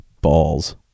balls